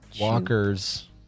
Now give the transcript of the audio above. walkers